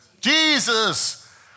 Jesus